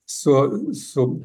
su su